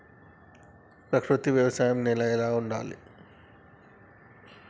ప్రకృతి వ్యవసాయం నేల ఎట్లా ఉండాలి?